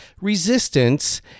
Resistance